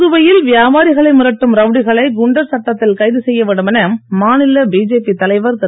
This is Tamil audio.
புதுவையில் வியாபாரிகளை மிரட்டும் ரவுடிகளை குண்டர் சட்டத்தில் கைது செய்ய வேண்டும் என மாநில பிஜேபி தலைவர் திரு